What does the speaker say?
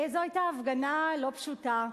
זו היתה הפגנה לא פשוטה.